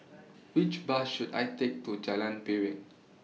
Which Bus should I Take to Jalan Piring